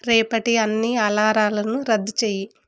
రేపటి అన్నీ అలారాలను రద్దు చెయ్యి